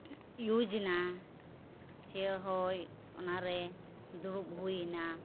use ᱮᱱᱟ ᱥᱮ ᱦᱚᱭ ᱚᱱᱟᱨᱮ ᱫᱩᱲᱩᱵ ᱦᱩᱭᱮᱱᱟ